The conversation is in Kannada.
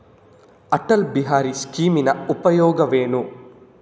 ಅಟಲ್ ಬಿಹಾರಿ ಸ್ಕೀಮಿನ ಉಪಯೋಗವೇನು?